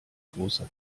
großer